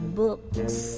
books